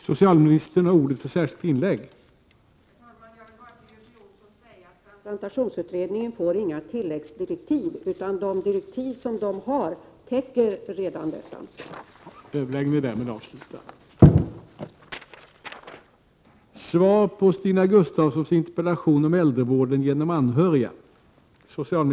Herr talman! Jag vill bara till Göte Jonsson säga att transplantationsutredningen inte får några tilläggsdirektiv, utan de direktiv den har fått täcker redan hela frågan.